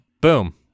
Boom